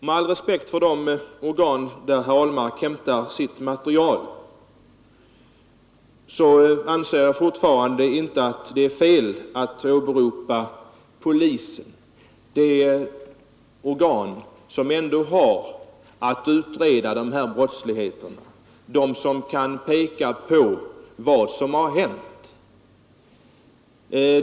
Med all respekt för de organ från vilka herr Ahlmark hämtar sitt material anser jag fortfarande att det inte är fel att åberopa polisen, alltså det organ som ändå har att utreda brottsligheten och peka på vad som hänt.